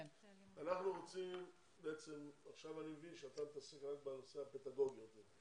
בעצם עכשיו אני מבין שאתה מתעסק בנושא הפדגוגי יותר,